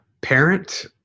parent